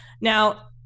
Now